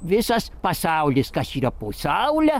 visas pasaulis kas yra po saule